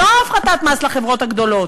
לא הפחתת מס לחברות הגדולות.